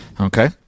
Okay